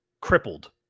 crippled